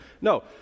No